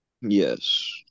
Yes